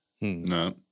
No